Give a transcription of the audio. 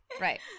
right